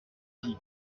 fusil